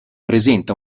presenta